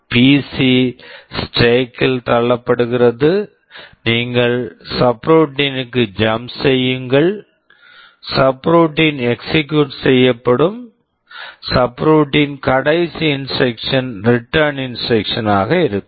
PC PC stack stack ல் தள்ளப்படுகிறது நீங்கள் சப்ரூட்டீன் subroutine -க்குச் ஜம்ப் jump செய்யுங்கள் சப்ரூட்டீன் subroutine எக்ஸிகுயூட் execute செய்யப்படும் சப்ரூட்டீன் subroutine கடைசி instruction instruction return return instruction instruction ஆக இருக்கும்